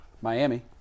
Miami